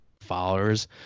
followers